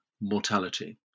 mortality